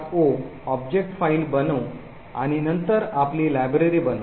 o object file बनवू आणि नंतर आपली लायब्ररी बनवू